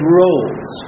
roles